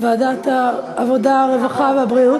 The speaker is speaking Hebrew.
ועדת העבודה, הרווחה והבריאות.